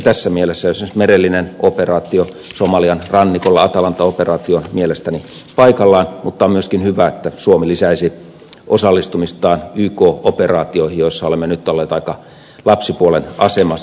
tässä mielessä esimerkiksi merellinen operaatio somalian rannikolla atalanta operaatio mielestäni on paikallaan mutta on myöskin hyvä että suomi lisäisi osallistumistaan yk operaatioihin joissa olemme nyt olleet aika lapsipuolen asemassa